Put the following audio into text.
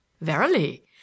Verily